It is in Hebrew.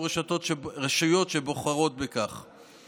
כבוד היושב-ראש, כנסת נכבדה,